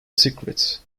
secret